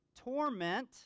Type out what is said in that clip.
torment